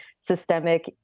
systemic